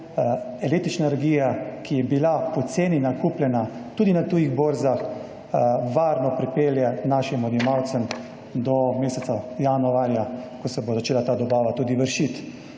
električna energija, ki je bila poceni nakupljena tudi na tujih borzah, varno pripelje našim odjemalcem do meseca januarja, ko se bo začela ta dobava tudi izvajati.